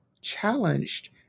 challenged